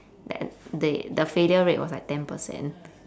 that they the failure rate was like ten percent